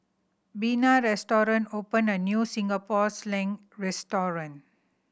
Bina recently opened a new Singapore Sling restaurant